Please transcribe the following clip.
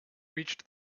reached